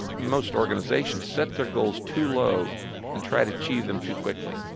most organizations set their goals too low and try to achieve them too quickly.